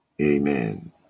Amen